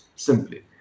Simply